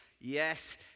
Yes